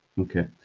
Okay